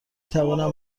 توانم